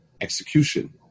execution